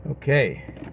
Okay